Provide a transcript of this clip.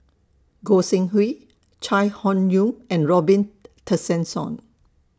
Gog Sing Hooi Chai Hon Yoong and Robin Tessensohn